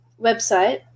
website